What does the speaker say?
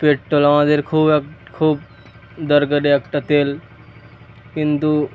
petrol আমাদের খুব এক খুব দরকারি একটা তেল কিন্তু